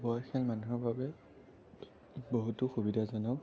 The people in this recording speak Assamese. বয়সীয়াল মানুহৰ বাবে বহুতো সুবিধাজনক